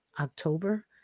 October